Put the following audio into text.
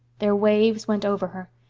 their waves went over her.